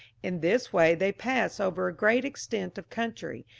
in this way they pass over a great extent of country,